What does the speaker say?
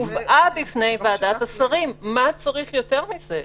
"הובאה בפני ועדת השרים" מה צריך יותר מזה?